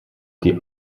die